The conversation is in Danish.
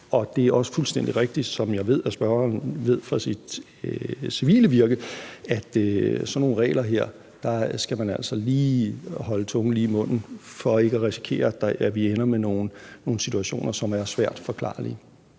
det er også fuldstændig rigtigt, som jeg ved at spørgeren ved fra sit civile virke, at med sådan nogle regler her skal vi altså holde tungen lige i munden for ikke at risikere, at vi ender med nogle situationer, som er svært forklarlige.